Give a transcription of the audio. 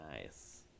nice